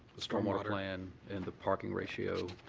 the storm water plan, and the parking ratio,